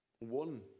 One